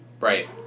Right